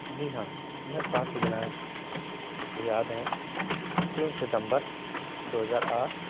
जी हाँ मैं पाँच दिनांक मुझे याद हैं तीन सितम्बर दो हज़ार आठ